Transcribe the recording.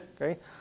Okay